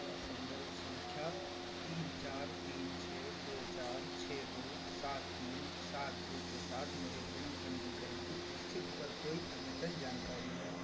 क्या संदर्भ संख्या तीन चार तीन छः दो चार छः दो सात तीन सात दो के साथ मेरे जन्म पंजीकरण की स्थिति पर कोई अद्यतन जानकारी है